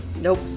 Nope